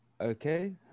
Okay